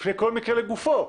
בפני כל מקרה לגופו,